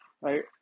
right